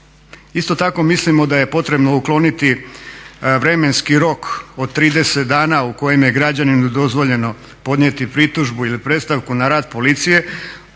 Isto tako mislimo da je potrebno ukloniti vremenski rok od 30 dana u kojima je građaninu dozvoljeno podnijeti pritužbu ili predstavku na rad policije